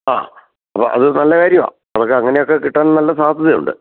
ആ അപ്പം അത് നല്ല കാര്യമാണ് നമുക്ക് അങ്ങനെയൊക്കെ കിട്ടാൻ നല്ല സാധ്യതയുണ്ട്